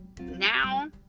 now